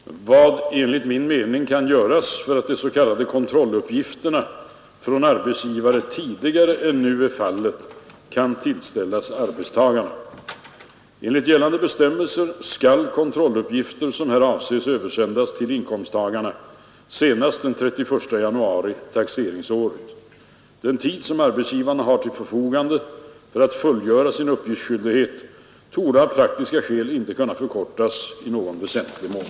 Herr talman! Herr Sjöholm har frågat mig vad som enligt min mening kan göras för att de s.k. kontrolluppgifterna från arbetsgivare tidigare än nu är fallet kan tillställas arbetstagare. Enligt gällande bestämmelser skall kontrolluppgifter som här avses översändas till inkomsttagarna senast den 31 januari taxeringsåret. Den tid som arbetsgivarna har till sitt förfogande för att fullgöra sin uppgiftsskyldighet torde av praktiska skäl inte kunna förkortas i någon väsentlig mån.